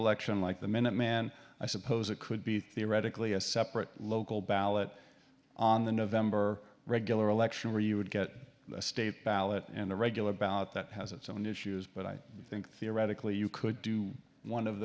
election like the minuteman i suppose it could be theoretically a separate local ballot on the november regular election where you would get a state ballot and the regular about that has its own issues but i think theoretically you could do one of